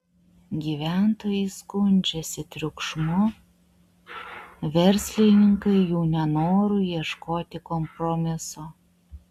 gyventojai skundžiasi triukšmu verslininkai jų nenoru ieškoti kompromiso